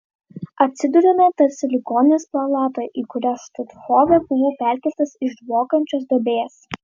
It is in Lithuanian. atsidūrėme tarsi ligoninės palatoje į kurią štuthofe buvau perkeltas iš dvokiančios duobės